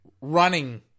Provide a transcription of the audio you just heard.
running